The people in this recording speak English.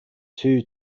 too